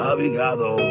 Abigado